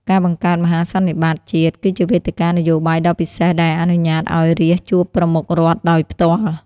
ការបង្កើត "មហាសន្និបាតជាតិ" គឺជាវេទិកានយោបាយដ៏ពិសេសដែលអនុញ្ញាតឱ្យរាស្ត្រជួបប្រមុខរដ្ឋដោយផ្ទាល់។